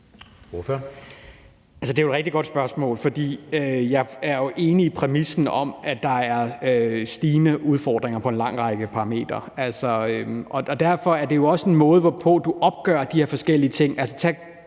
Det er et rigtig godt spørgsmål, for jeg er jo enig i præmissen om, at der er stigende udfordringer på en lang række parametre. Derfor handler det også om den måde, hvorpå du opgør de her forskellige ting.